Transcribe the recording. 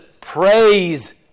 Praise